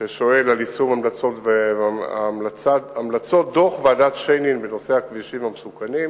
ששואל על יישום המלצות דוח ועדת-שיינין בנושא הכבישים המסוכנים,